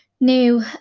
new